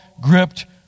gripped